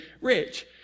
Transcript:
rich